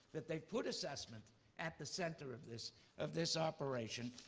that they've put assessment at the center of this of this operation,